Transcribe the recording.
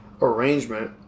arrangement